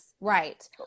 right